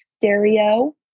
stereo